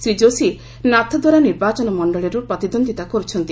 ଶ୍ରୀ ଯୋଶୀ ନାଥଦ୍ୱାରା ନିର୍ବାଚନ ମଣ୍ଡଳିରୁ ପ୍ରତିଦ୍ୱନ୍ଦ୍ୱିତା କରୁଛନ୍ତି